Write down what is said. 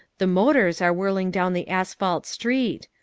the motors are whirling down the asphalt street.